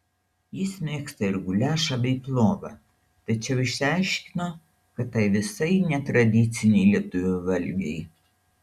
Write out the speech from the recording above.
jis mėgsta ir guliašą bei plovą tačiau išsiaiškino kad tai visai ne tradiciniai lietuvių valgiai